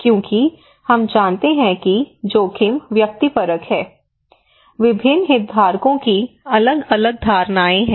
क्योंकि हम जानते हैं कि जोखिम व्यक्तिपरक है विभिन्न हितधारकों की अलग अलग धारणाएं हैं